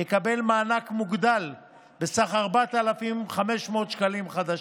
יקבל מענק מוגדל בסך 4,500 שקלים חדשים.